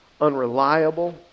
unreliable